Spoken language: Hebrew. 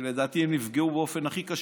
שלדעתי הם נפגעו באופן הכי קשה,